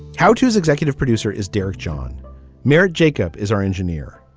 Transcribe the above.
how choose executive producer is derek john merritt. jacob is our engineer.